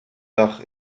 dach